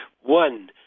one